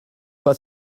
pas